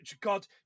God